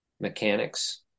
mechanics